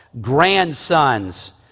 grandsons